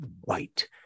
white